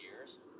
years